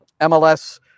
MLS